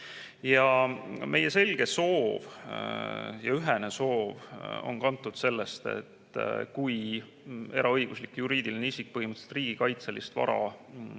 Meie selge ja ühene soov on kantud sellest, et kui eraõiguslik juriidiline isik põhimõtteliselt riigikaitselist vara